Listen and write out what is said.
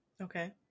Okay